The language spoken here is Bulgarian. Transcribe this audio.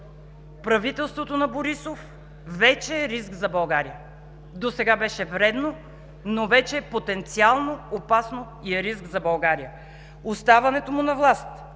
правителството на Борисов вече е риск за България! Досега беше вредно, но вече е потенциално опасно и е риск за България! Оставането му на власт